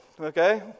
Okay